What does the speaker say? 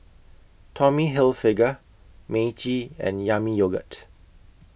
Tommy Hilfiger Meiji and Yami Yogurt